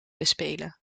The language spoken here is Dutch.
bespelen